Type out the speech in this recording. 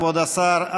כבוד השר,